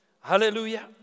Hallelujah